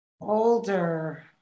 older